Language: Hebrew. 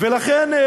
לכן,